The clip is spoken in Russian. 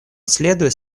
следует